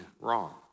wrong